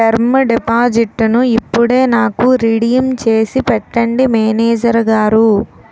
term డిపాజిట్టును ఇప్పుడే నాకు రిడీమ్ చేసి పెట్టండి మేనేజరు గారు